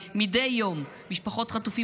ביחד,